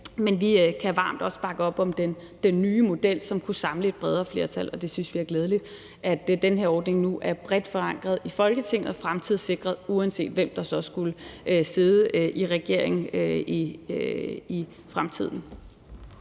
men vi kan også varmt bakke op om den nye model, som kunne samle et bredere flertal, og vi synes, det er glædeligt, at den her ordning nu er bredt forankret i Folketinget og fremtidssikret, uanset hvem der så skulle sidde i regering i fremtiden.